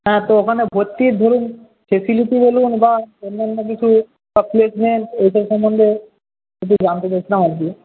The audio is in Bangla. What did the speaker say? হ্যাঁ তো ওখানে ভর্তির ধরুন বলুন বা অন্যান্য কিছু বা প্লেসমেন্ট এইটের সম্বন্ধে জানতে চাইছিলাম আর কি